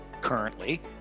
currently